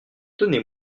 donnez